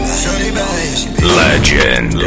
Legend